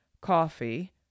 coffee